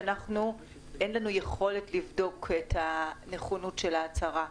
שאין לנו יכולת לבדוק את הנכונות של ההצהרה.